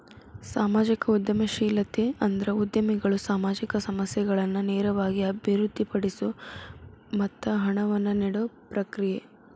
ಸಾಮಾಜಿಕ ಉದ್ಯಮಶೇಲತೆ ಅಂದ್ರ ಉದ್ಯಮಿಗಳು ಸಾಮಾಜಿಕ ಸಮಸ್ಯೆಗಳನ್ನ ನೇರವಾಗಿ ಅಭಿವೃದ್ಧಿಪಡಿಸೊ ಮತ್ತ ಹಣವನ್ನ ನೇಡೊ ಪ್ರಕ್ರಿಯೆ